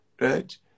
right